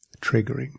triggering